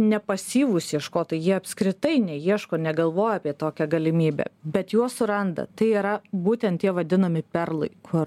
ne pasyvūs ieškotojai jie apskritai neieško negalvoja apie tokią galimybę bet juos suranda tai yra būtent tie vadinami perlai kur